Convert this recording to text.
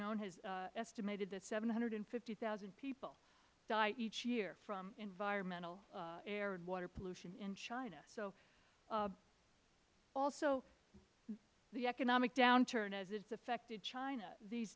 known has estimated that seven hundred and fifty thousand people die each year from environmental air and water pollution in china also the economic downturn as it has affected china these